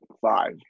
five